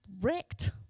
wrecked